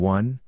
One